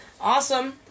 Awesome